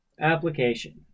Application